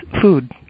food